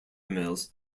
mills